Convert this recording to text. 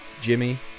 Jimmy